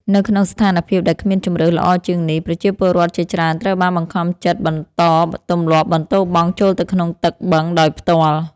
នៅក្នុងស្ថានភាពដែលគ្មានជម្រើសល្អជាងនេះ ប្រជាពលរដ្ឋជាច្រើនត្រូវបានបង្ខំចិត្តបន្តទម្លាប់បន្ទោបង់ចូលទៅក្នុងទឹកបឹងដោយផ្ទាល់។